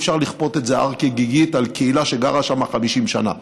אי-אפשר לכפות את זה הר כגיגית על הקהילה שגרה שם 50 שנה.